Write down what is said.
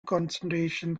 concentration